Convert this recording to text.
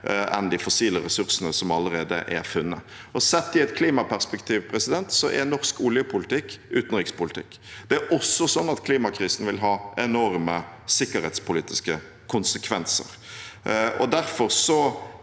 enn de fossile ressursene som allerede er funnet. Sett i et klimaperspektiv er norsk oljepolitikk utenrikspolitikk. Klimakrisen vil ha enorme sikkerhetspolitiske konsekvenser.